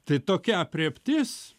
tai tokia aprėptis